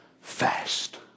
fast